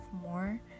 more